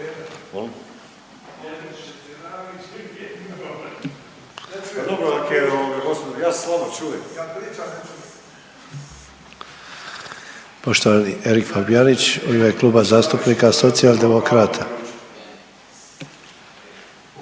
Poštovani Erik Fabijanić u ime Kluba zastupnika Socijaldemokrata.